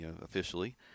officially